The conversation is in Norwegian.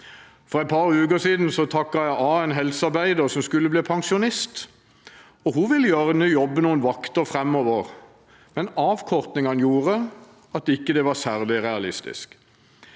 For et par uker siden takket jeg av en helsearbeider som skulle bli pensjonist. Hun ville gjerne jobbe noen vakter framover, men avkortingen gjorde at det ikke var særlig realistisk.